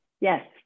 yes